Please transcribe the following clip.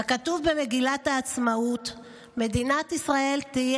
ככתוב במגילת העצמאות: "מדינת ישראל תהא